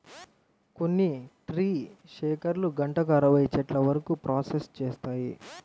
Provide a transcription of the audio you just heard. కొన్ని ట్రీ షేకర్లు గంటకు అరవై చెట్ల వరకు ప్రాసెస్ చేస్తాయి